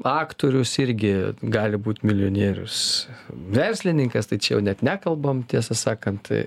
aktorius irgi gali būt milijonierius verslininkas tai čia jau net nekalbam tiesą sakant